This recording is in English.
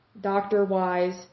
doctor-wise